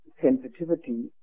sensitivity